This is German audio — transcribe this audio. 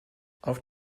auf